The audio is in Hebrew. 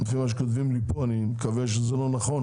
לפי מה שכותבים לי פה ואני מקווה שלא נכון,